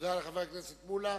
תודה לחבר הכנסת מולה.